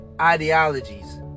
ideologies